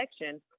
election